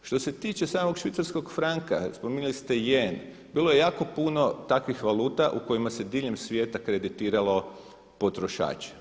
Što se tiče samog švicarskog franka spominjali ste jen, bilo je jako puno takvih valuta u kojima se diljem svijeta kreditiralo potrošače.